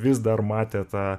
vis dar matė tą